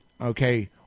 okay